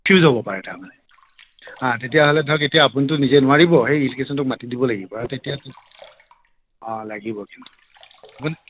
fuse হ'ব পাৰে তাৰমানে আৰু তেতিয়া হ'লেতো তাত আপুনিটো নিজে নোৱাৰিব এই ইলেকট্ৰিচিয়ানটোক মাতি দিব লাগিব আৰু তেতিয়াটো লাগিব কিন্তু আপুনি